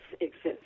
exist